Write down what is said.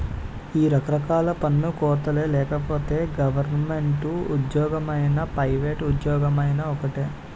ఈ రకరకాల పన్ను కోతలే లేకపోతే గవరమెంటు ఉజ్జోగమైనా పైవేట్ ఉజ్జోగమైనా ఒక్కటే